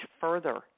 further